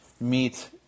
meet